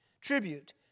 tribute